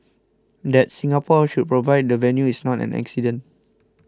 that Singapore should provide the venue is not an accident